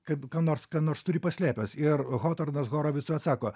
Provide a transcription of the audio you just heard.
kaip kam nors ką nors turi paslėpęs ir hotornas horovicui atsako